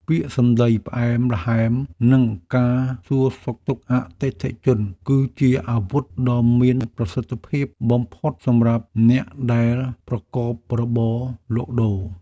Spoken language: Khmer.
ពាក្យសម្តីផ្អែមល្ហែមនិងការសួរសុខទុក្ខអតិថិជន គឺជាអាវុធដ៏មានប្រសិទ្ធភាពបំផុតសម្រាប់អ្នកដែលប្រកបរបរលក់ដូរ។